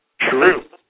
True